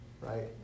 right